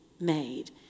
made